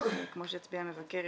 כמו שהצביע המבקר,